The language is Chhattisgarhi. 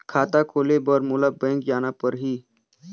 खाता खोले बर मोला बैंक जाना परही?